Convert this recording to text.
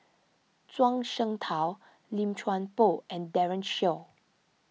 Zhuang Shengtao Lim Chuan Poh and Daren Shiau